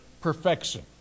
perfection